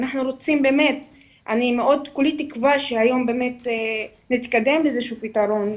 אני כולי תקווה שהיום באמת נתקדם לאיזשהו פיתרון,